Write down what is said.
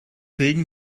bilden